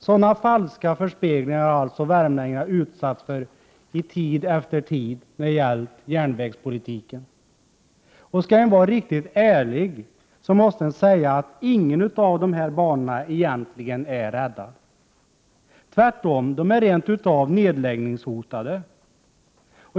Sådana falska förespeglingar har värmlänningarna alltså utsatts för när det har gällt järnvägspolitiken. Skall man vara riktigt ärlig måste man säga att ingen av dessa banor egentligen är räddad. Tvärtom är de rent av nedläggningshotade.